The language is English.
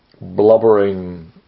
blubbering